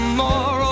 more